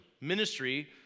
Ministry